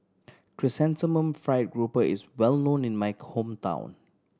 Chrysanthemum Fried Grouper is well known in my hometown